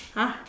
!huh!